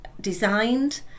designed